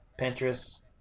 Pinterest